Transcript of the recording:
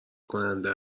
کننده